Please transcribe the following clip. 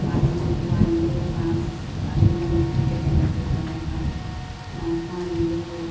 মাছ মাংস আনিলেও মাছ আনিলেও আমি তেনেকৈ টেঙা জোল বনাই খাওঁ মাংস আনিলেও